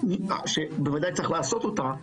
שבוודאי צריך לעשות אותה,